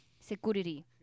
Security